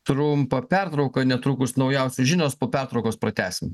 trumpą pertrauką netrukus naujausios žinios po pertraukos pratęsim